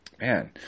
Man